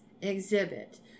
exhibit